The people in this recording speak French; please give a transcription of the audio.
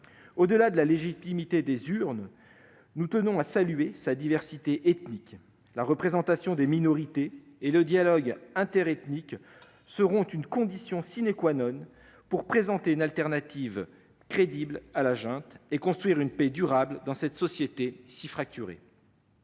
Au-delà de cette légitimité tirée des urnes, nous tenons à saluer sa diversité ethnique ; la représentation des minorités et le dialogue interethnique seront une condition pour présenter une solution de substitution crédible à la junte et construire une paix durable dans cette société si fracturée.